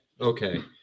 Okay